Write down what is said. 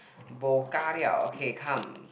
bao ka liao okay come